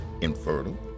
infertile